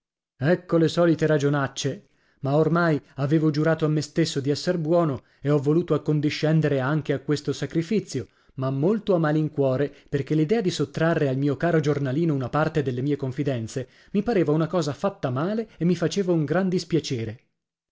ecco le solite ragionacce ma ormai avevo giurato a me stesso di esser buono e ho voluto accondiscendere anche a questo sacrifizio ma molto a malincuore perché l'idea di sottrarre al mio caro giornalino una parte delle mie confidenze mi pareva una cosa fatta male e mi faceva un gran dispiacere